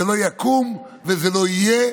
זה לא יקום ולא יהיה,